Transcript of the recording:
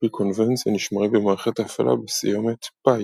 שעל־פי קונבנציה נשמרים במערכת ההפעלה בסיומת py.